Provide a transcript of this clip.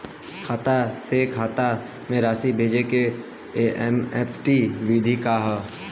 खाता से खाता में राशि भेजे के एन.ई.एफ.टी विधि का ह?